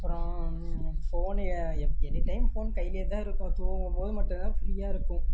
அப்புறம் phone any time phone கையிலேதான் இருக்கும் தூங்கும்போது மட்டும்தான் ஃப்ரீயாக இருக்கும்